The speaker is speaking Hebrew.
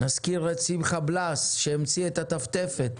נזכיר את שמחה בלאס שהמציא את הטפטפת